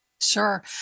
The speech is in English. Sure